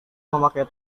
memakai